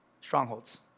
strongholds